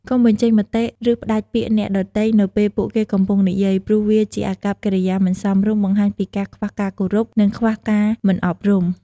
កុំបញ្ចេញមតិ ឬផ្តាច់ពាក្យអ្នកដទៃនៅពេលពួកគេកំពុងនិយាយ ព្រោះវាជាអាកប្បកិរិយាមិនសមរម្យ បង្ហាញពីការខ្វះការគោរព និងខ្វះការមិនអប់រំ។